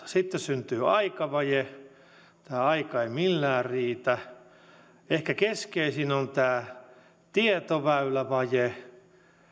sitten syntyy aikavaje tämä aika ei millään riitä ehkä keskeisin on tämä tietoväylävaje